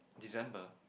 December